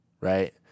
right